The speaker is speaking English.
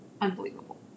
unbelievable